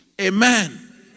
Amen